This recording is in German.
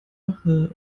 wache